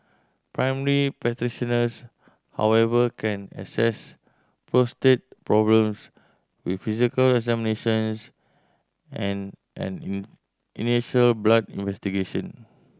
primary practitioners however can assess prostate problems with physical examinations and an in initial blood investigation